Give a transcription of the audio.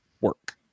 work